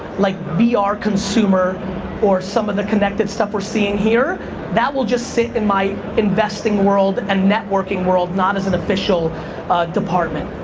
like ah vr consumer or some of the connected stuff we're seeing here that will just sit in my investing world and networking world not as an official department.